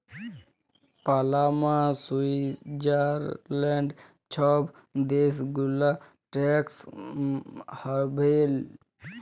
Panama, Switzerland ছব দ্যাশ গুলা ট্যাক্স হ্যাভেল